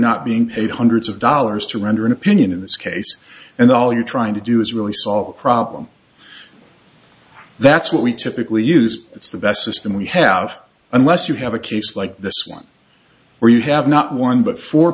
not being paid hundreds of dollars to render an opinion in this case and all you're trying to do is really solve a problem that's what we typically use it's the best system we have unless you have a case like this one where you have not one but fo